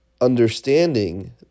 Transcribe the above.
understanding